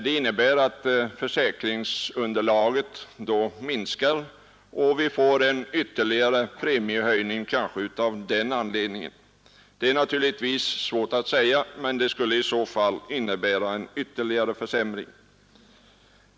Det innebär att försäkringsunderlaget minskar, och av den anledningen får vi kanhända ännu en premiehöjning — det är naturligtvis svårt att säga — och det skulle betyda en ytterligare försämring.